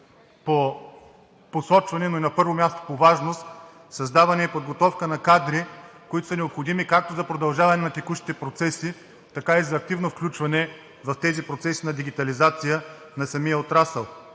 по посочване, но на първо място по важност е създаването и подготовката на кадри, които са необходими както за продължаване на текущите процеси, така и за активното включване в тези процеси на дигитализация на самия отрасъл.